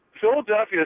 Philadelphia